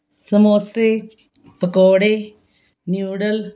ਸਮੋਸੇ ਪਕੌੜੇ ਨਿਊਡਲ